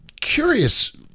curious